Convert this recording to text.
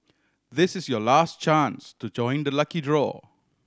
this is your last chance to join the lucky draw